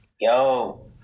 Yo